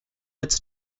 its